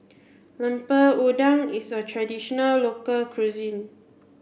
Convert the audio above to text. Lemper Udang is a traditional local cuisine